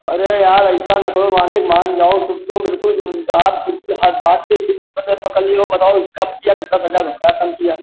अरे यार ऐसा ना करो मालिक मान जाओ तुम तो बिल्कुल आप हर बात पर ज़िद्द पकड़ लिए हो बताओ कम किया तो दस हज़ार रुपये कम किया